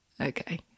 Okay